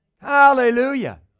Hallelujah